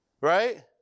right